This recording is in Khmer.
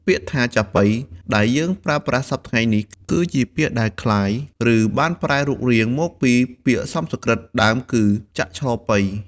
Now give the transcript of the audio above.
ពាក្យថា "ចាប៉ី" ដែលយើងប្រើប្រាស់សព្វថ្ងៃនេះ គឺជាពាក្យដែលក្លាយ ឬបានប្រែរូបរាងមកពីពាក្យសំស្ក្រឹតដើមគឺ "ចក្ឆប៉ី"។